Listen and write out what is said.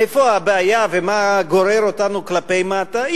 איפה הבעיה ומה גורר אותנו כלפי מטה?